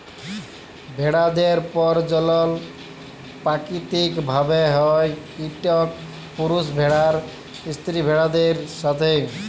ভেড়াদের পরজলল পাকিতিক ভাবে হ্যয় ইকট পুরুষ ভেড়ার স্ত্রী ভেড়াদের সাথে